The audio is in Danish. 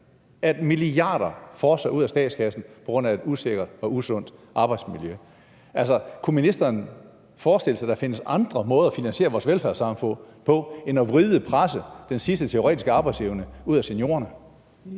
at milliarder af kroner fosser ud af statskassen på grund af et usikkert og usundt arbejdsmiljø. Altså, kunne ministeren forestille sig, at der findes andre måder at finansiere vores velfærdssamfund på end ved at vride og presse den sidste teoretiske arbejdsevne ud af seniorerne?